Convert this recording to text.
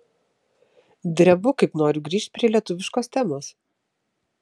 drebu kaip noriu grįžt prie lietuviškos temos